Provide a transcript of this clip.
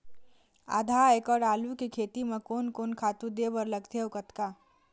आधा एकड़ आलू के खेती म कोन कोन खातू दे बर लगथे अऊ कतका?